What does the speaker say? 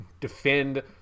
defend